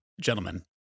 Gentlemen